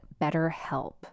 BetterHelp